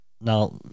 now